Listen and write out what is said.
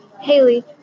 Haley